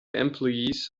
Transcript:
employees